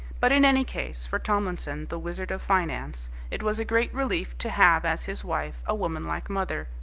but in any case, for tomlinson, the wizard of finance, it was a great relief to have as his wife a woman like mother,